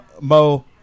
Mo